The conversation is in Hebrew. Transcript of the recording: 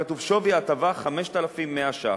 כתוב: "שווי ההטבה 5,100 ש"ח",